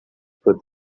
put